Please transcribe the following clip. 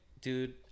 dude